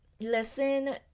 listen